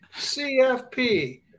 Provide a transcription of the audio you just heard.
CFP